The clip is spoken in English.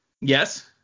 Yes